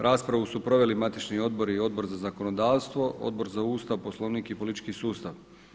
Raspravu su proveli matični odbori i Odbor za zakonodavstvo, Odbor za Ustav, Poslovnik i politički sustav.